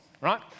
right